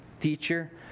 teacher